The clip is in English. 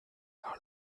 are